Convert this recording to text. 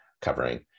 covering